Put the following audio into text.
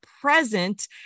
present